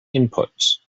inputs